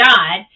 God